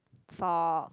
for